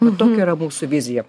nu tokia yra mūsų vizija